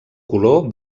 color